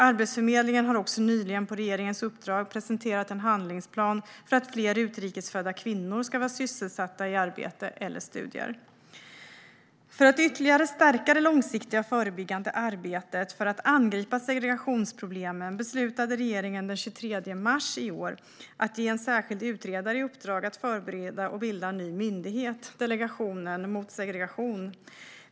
Arbetsförmedlingen har också nyligen på regeringens uppdrag presenterat en handlingsplan för att fler utrikes födda kvinnor ska vara sysselsatta i arbete eller studier. För att ytterligare stärka det långsiktiga och förebyggande arbetet med att angripa segregationsproblemen beslutade regeringen den 23 mars i år att ge en särskild utredare i uppdrag att förbereda och bilda en ny myndighet - Delegationen mot segregation.